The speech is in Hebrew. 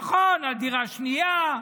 נכון, על דירה שנייה.